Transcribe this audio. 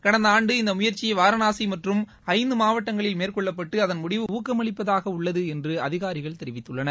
கடந்த ஆண்டு இந்த முயற்சி வாரணாசி மற்றும் ஐந்து மாவட்டங்களில் மேற்கொள்ளப்பட்டு அதன் முடிவு ஊக்கமளிப்பதாக உள்ளது என்று அதிகாரிகள் தெரிவித்துள்ளார்கள்